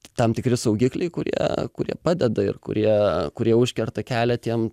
tam tikri saugikliai kurie kurie padeda ir kurie kurie užkerta kelią tiem